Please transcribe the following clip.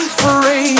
free